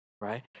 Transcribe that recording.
Right